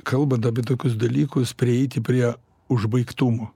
kalbant apie tokius dalykus prieiti prie užbaigtumo